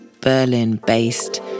Berlin-based